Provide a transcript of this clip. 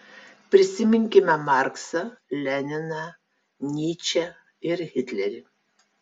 prisiminkime marksą leniną nyčę ir hitlerį